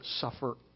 suffer